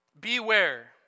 Beware